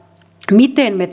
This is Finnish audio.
miten me